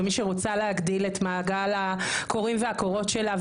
ומי שרוצה להגדיל את מעגל הקוראים והקוראות שלה,